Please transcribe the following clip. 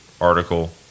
article